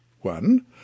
One